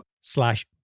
slash